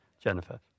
Jennifer